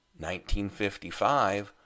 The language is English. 1955